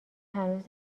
هنوز